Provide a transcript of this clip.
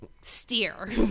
steer